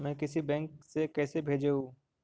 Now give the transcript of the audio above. मैं किसी बैंक से कैसे भेजेऊ